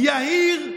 יהיר.